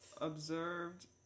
Observed